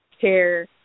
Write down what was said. care